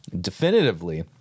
definitively